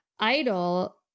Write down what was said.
Idol